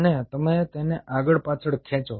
અને તમે તેને આગળ પાછળ ખેંચો છો